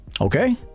Okay